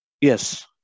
Yes